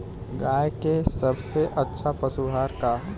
गाय के सबसे अच्छा पशु आहार का ह?